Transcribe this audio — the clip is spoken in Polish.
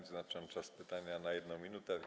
Wyznaczam czas pytania na 1 minutę.